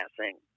passing